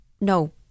no